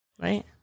Right